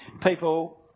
people